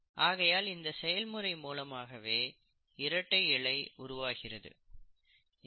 ஆகையால் இந்த செயல்முறை மூலமாகவே இரட்டை இழை உருவாகிறது